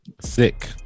Sick